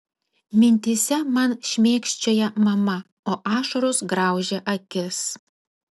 mintyse man šmėkščioja mama o ašaros graužia akis